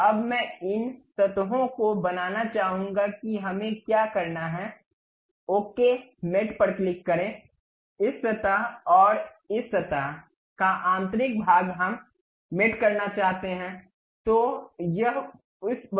तो अब मैं इन सतहों को बनाना चाहूंगा कि हमें क्या करना है ओके मेट पर क्लिक करें इस सतह और इस सतह का आंतरिक भाग हम मेट करना चाहते हैं